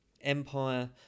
empire